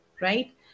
right